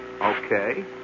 Okay